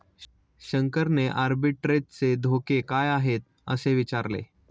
शंकरने आर्बिट्रेजचे धोके काय आहेत, असे विचारले